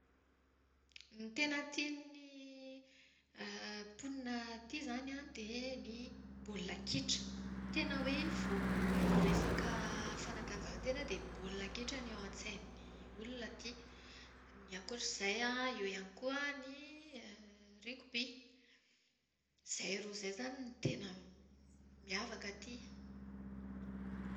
Ny tena tian'ny mponina aty izany an dia ny baolina kitra. Tena hoe vao resaka fanatanjahan-tena dia baolina kitra no ao an-tsain'ny olona aty. Ny ankoatr'izay an, eo ihany koa ny ringoby. Izay roa izay izany no tena miavaka aty.